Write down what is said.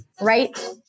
right